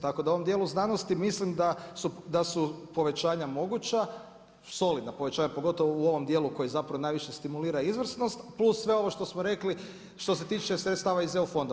Tako da u ovom dijelu znanosti, mislim da su povećanja moguća, solidna povećanja, pogotovo u ovom dijelu koji zapravo najviše stimulira izvrsnost, plus sve ovo što smo rekli, što se tiče sredstava iz EU fondova.